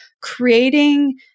creating